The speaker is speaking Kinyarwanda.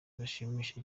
bashimisha